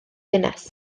gynnes